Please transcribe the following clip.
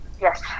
Yes